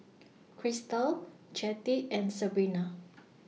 Krystle Jettie and Sebrina